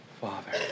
Father